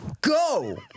go